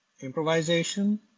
improvisation